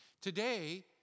Today